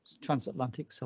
transatlantic